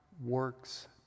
works